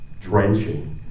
drenching